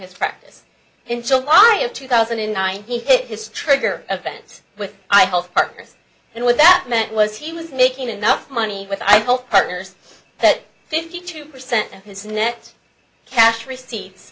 his practice in july of two thousand and nine he hit his trigger event with i hope partners and what that meant was he was making enough money with i hope partners that fifty two percent of his net cash receipts